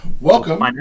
Welcome